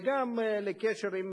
וגם לקשר עם